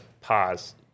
pause